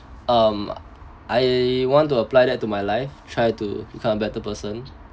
um I want to apply that to my life try to become a better person